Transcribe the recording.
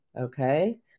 okay